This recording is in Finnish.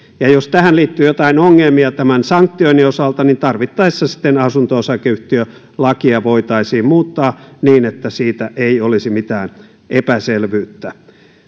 ja jos tähän liittyy jotain ongelmia tämän sanktioinnin osalta niin tarvittaessa sitten asunto osakeyhtiölakia voitaisiin muuttaa niin että siitä ei olisi mitään epäselvyyttä